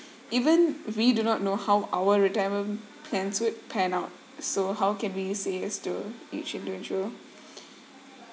even we do not know how our retirement plans would pan out so how can we say as to each individual